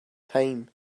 time